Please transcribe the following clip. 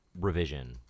revision